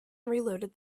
reloaded